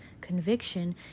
Conviction